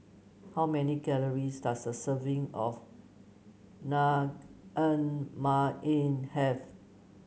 how many calories does a serving of Naengmyeon have